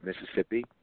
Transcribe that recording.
Mississippi